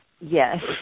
Yes